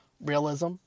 realism